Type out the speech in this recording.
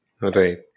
right